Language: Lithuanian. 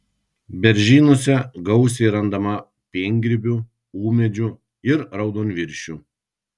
beržynuose gausiai randama piengrybių ūmėdžių ir raudonviršių